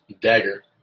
dagger